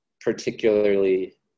particularly